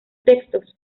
textos